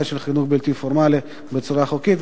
של חינוך בלתי-פורמלי בצורה חוקית.